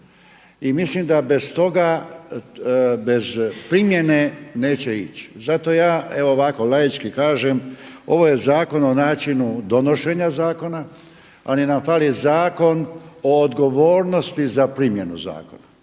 I mislim da bez toga, bez primjene neće ići. Zato ja evo ovako laički kažem ovo je Zakon o načinu donošenja zakona, ali nam fali zakon o odgovornosti za primjenu zakona.